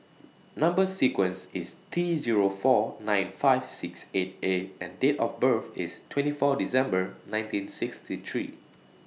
Number sequence IS T Zero four nine five six eight A and Date of birth IS twenty four December nineteen sixty three